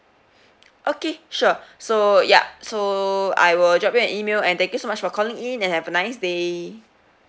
okay sure so yup so I will drop you an email and thank you so much for calling in and have a nice day